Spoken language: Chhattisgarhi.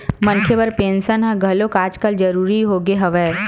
मनखे बर पेंसन ह घलो आजकल जरुरी होगे हवय